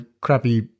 crappy